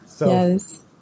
Yes